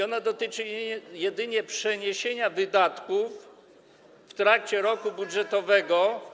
Ona dotyczy jedynie przeniesienia wydatków w trakcie roku budżetowego.